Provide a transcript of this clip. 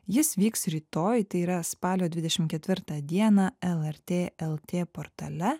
jis vyks rytoj tai yra spalio dvidešim ketvirtą dieną lrt lt portale